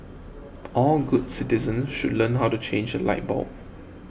all good citizens should learn how to change a light bulb